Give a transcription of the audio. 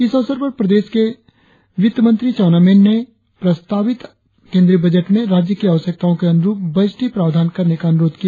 इस अवसर पर प्रदेश के वित्तमंत्री चाऊना मेन ने प्रस्तावित केंद्रीय बजट में राज्य की आवश्यकताओं के अनुरुप बजटीय प्रावधान करने की अनुरोध किया